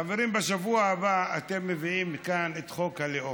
חברים, בשבוע הבא אתם מביאים לכאן את חוק הלאום.